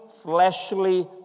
Fleshly